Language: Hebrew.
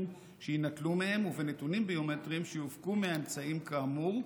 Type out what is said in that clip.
שיינטלו מהם ובנתונים ביומטריים שיופקו מהאמצעים כאמור,